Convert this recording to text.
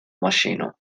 maŝino